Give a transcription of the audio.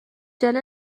عجله